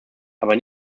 aber